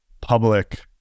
public